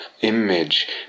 image